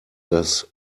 das